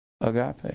Agape